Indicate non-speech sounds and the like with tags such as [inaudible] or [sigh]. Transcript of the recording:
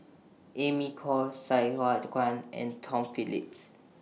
Amy Khor Sai Hua [unintelligible] Kuan and Tom Phillips